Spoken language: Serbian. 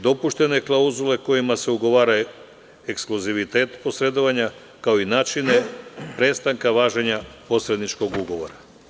Dopuštene klauzule kojima se ugovara je ekskluzivitet posredovanja kao i načini prestanka važenja posredničkog ugovora.